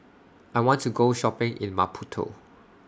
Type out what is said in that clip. I want to Go Shopping in Maputo